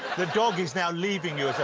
the dog is now leaving you